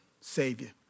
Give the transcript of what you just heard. Savior